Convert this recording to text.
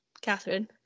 Catherine